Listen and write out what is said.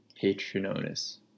Patronus